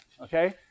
okay